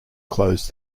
close